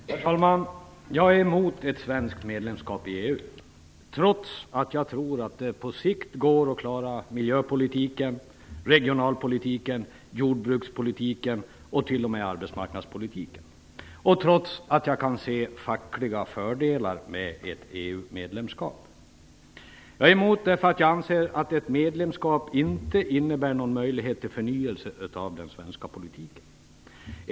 Herr talman! Jag är emot ett svenskt medlemskap i EU, trots att jag tror att det på sikt går att klara miljöpolitiken, regionalpolitiken, jordbrukspolitiken och t.o.m. arbetsmarknadspolitiken och trots att jag kan se fackliga fördelar med ett EU-medlemskap. Jag är emot ett svenskt medlemskap därför att jag anser att ett sådant inte innebär någon möjlighet till förnyelse av den svenska politiken.